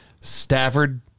Stafford